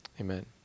amen